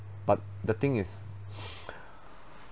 but the thing is